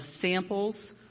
samples